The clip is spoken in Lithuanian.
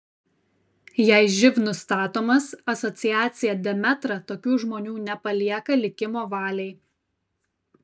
jei živ nustatomas asociacija demetra tokių žmonių nepalieka likimo valiai